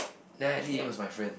that night Li-Ying was my friend